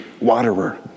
waterer